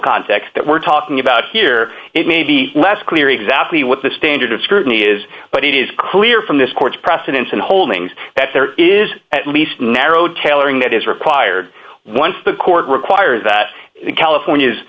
context that we're talking about here it may be less clear exactly what the standard of scrutiny is but it is clear from this court's precedents and holdings that there is at least narrow tailoring that is required once the court requires that california's